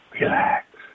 Relax